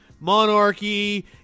monarchy